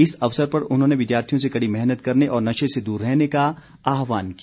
इस अवसर पर उन्होंने विद्यार्थियों से कड़ी मेहनत करने और नशे से दूर रहने का आह्वान किया